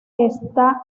está